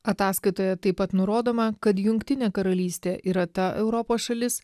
ataskaitoje taip pat nurodoma kad jungtinė karalystė yra ta europos šalis